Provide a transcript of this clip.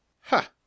ha